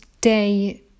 day